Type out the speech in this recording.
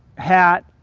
hat,